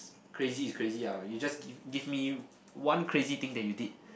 crazy is crazy ah you just give give me one crazy thing that you did